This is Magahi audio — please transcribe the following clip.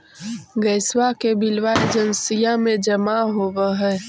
गैसवा के बिलवा एजेंसिया मे जमा होव है?